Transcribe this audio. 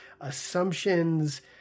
assumptions